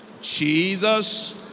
Jesus